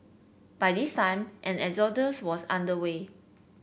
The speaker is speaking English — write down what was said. by this time an exodus was under way